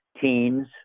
teens